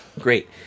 Great